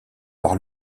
par